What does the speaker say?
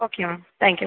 okay ma'am thank you